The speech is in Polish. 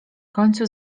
końcu